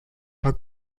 are